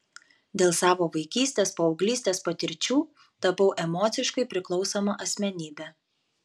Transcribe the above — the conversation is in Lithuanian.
dėl savo vaikystės paauglystės patirčių tapau emociškai priklausoma asmenybe